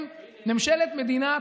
הם ממשלת מדינת